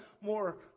more